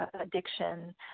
addiction